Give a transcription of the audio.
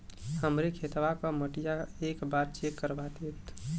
हमरे खेतवा क मटीया एक बार चेक करवा देत?